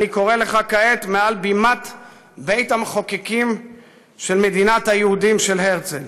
אני קורא לך כעת מעל בימת בית-המחוקקים של מדינת היהודים של הרצל,